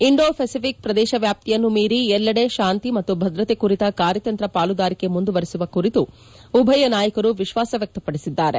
Indo Pacific ಪ್ರದೇಶ ವ್ಯಾಪ್ತಿಯನ್ನೂ ಮೀರಿ ಎಲ್ಲೆಡೆ ಶಾಂತಿ ಮತ್ತು ಭದ್ರತೆ ಕುರಿತ ಕಾರ್ಯತಂತ್ರ ಪಾಲುದಾರಿಕೆ ಮುಂದುವರಿಸವ ಕುರಿತು ಉಭಯ ನಾಯಕರು ವಿಶ್ವಾಸ ವ್ಯಕ್ತಪಡಿಸಿದ್ದಾರೆ